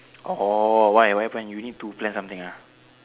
oh why why what happen you need to plan something ah